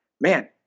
Man